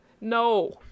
No